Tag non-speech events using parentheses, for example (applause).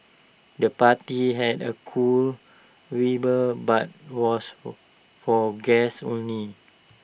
the party had A cool (unintelligible) but was (unintelligible) for guests only